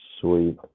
Sweet